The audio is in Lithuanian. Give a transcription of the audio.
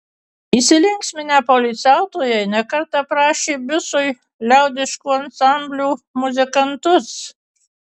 įsilinksminę poilsiautojai ne kartą prašė bisui liaudiškų ansamblių muzikantus